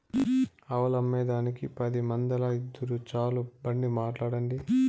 ఆవులమ్మేదానికి పది మందేల, ఇద్దురు చాలు బండి మాట్లాడండి